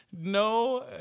no